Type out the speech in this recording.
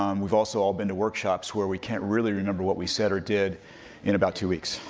um we've also all been to workshop where we can't really remember what we said or did in about two weeks.